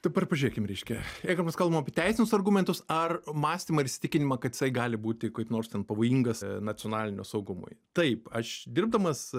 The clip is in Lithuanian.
dabar pažiūrėkim reiškia jeigu mes kalbam apie teisinius argumentus ar mąstymą ir įsitikinimą kad jisai gali būti kaip nors ten pavojingas nacionalinio saugumui taip aš dirbdamas